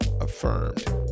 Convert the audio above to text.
affirmed